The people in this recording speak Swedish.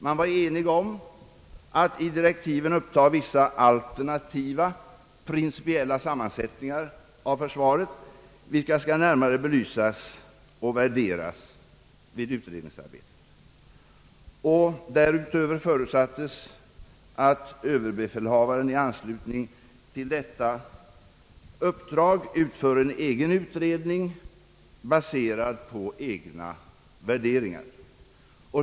Man var enig om att i direktiven uppta vissa alternativa principiella sammansättningar av försvaret, vilka skall närmare belysas och värderas vid utredningsarbetet. Därutöver förutsattes att överbefälhavaren i anslutning till detta uppdrag skall göra en egen utredning, baserad på egna värderingar.